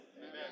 Amen